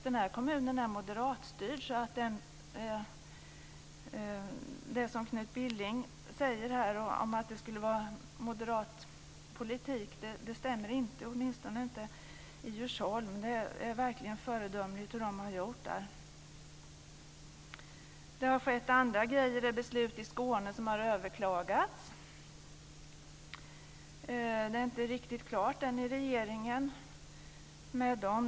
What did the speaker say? Den här kommunen är moderatstyrd. Det som Knut Billing säger här om vad som skulle vara moderat politik stämmer inte, åtminstone inte i Djursholm. Det man har gjort där är verkligen föredömligt. Det har skett andra saker också. Beslut i Skåne har överklagats. Det är inte riktigt klart ännu hur det blir med dem.